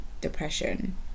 depression